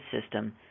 system